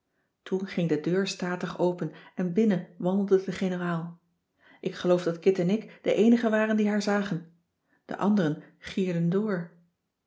toen ging de deur statig open en binnen wandelde de generaal ik geloof dat kit en ik de eenigen waren die haar zagen de anderen gierden door